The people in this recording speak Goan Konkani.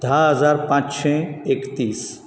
धा हजार पांचशें एकतीस